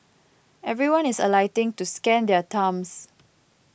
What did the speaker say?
everyone is alighting to scan their thumbs